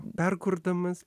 dar kurdamas